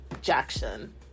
Jackson